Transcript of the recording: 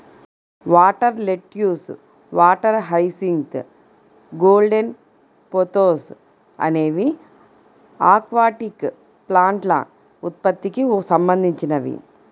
water lettuce, water hyacinth, golden pothos అనేవి aquatic ప్లాంట్ల ఉత్పత్తికి సంబంధించినవి